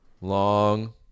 Long